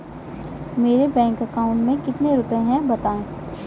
मेरे bank account में कितने रुपए हैं बताएँ?